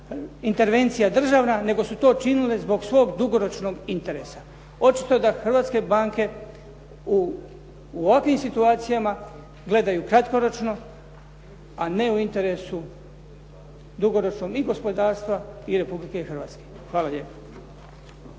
intervencija državna, nego su to činile zbog svog dugoročnog interesa. Očito da hrvatske banke u ovakvim situacijama gledaju kratkoročno, a ne u interesu dugoročnom i gospodarstva i Republike Hrvatske. Hvala lijepa.